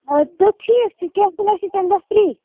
آ تہٕ ٹھیٖک چھُ کیٚنٛہہ چھُنہٕ چھِ تَمہِ دۄہ فِری